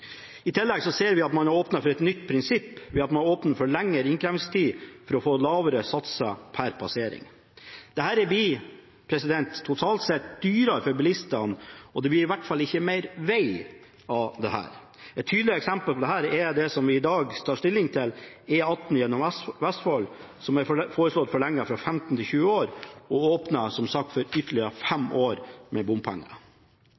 I tillegg ser vi at man har åpnet for et nytt prinsipp ved at man åpner for lengre innkrevingstid for å få lavere satser per passering. Dette blir totalt sett dyrere for bilistene, og det blir i hvert fall ikke mer veg av dette. Et tydelig eksempel på dette er det som vi i dag tar stilling til, E18 gjennom Vestfold, som er foreslått forlenget fra 15 til 20 år. Det er åpnet opp for ytterligere